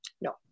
No